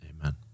Amen